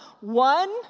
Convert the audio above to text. one